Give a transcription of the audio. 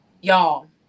y'all